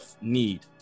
need